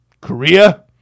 Korea